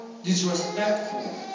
Disrespectful